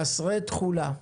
חסרי תכולה,